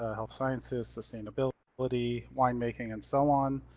ah health sciences, sustainability, wine making, and so on.